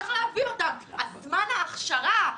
זמן ההכשרה,